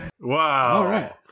Wow